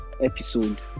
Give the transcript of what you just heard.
episode